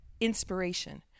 inspiration